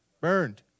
burned